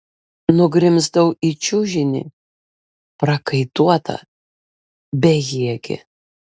nugrimzdau į čiužinį prakaituota bejėgė